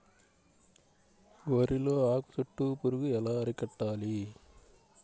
వరిలో ఆకు చుట్టూ పురుగు ఎలా అరికట్టాలి?